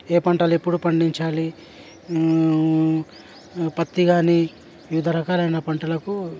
ఏ పంటలు ఎప్పుడు పండించాలి పత్తి గానీ వివిధ రకాలైన పంటలకు